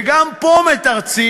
וגם פה מתרצים: